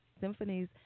Symphonies